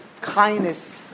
kindness